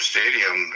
Stadium